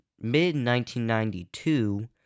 mid-1992